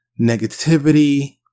negativity